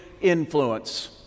influence